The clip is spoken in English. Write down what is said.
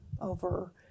over